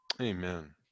Amen